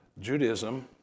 Judaism